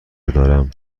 دارم